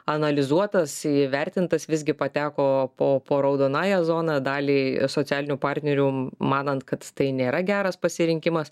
analizuotas įvertintas visgi pateko po po raudonąja zona daliai socialinių partnerių manant kad tai nėra geras pasirinkimas